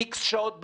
X שעות ביום,